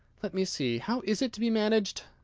let me see how is it to be managed?